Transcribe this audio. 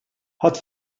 hat